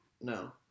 No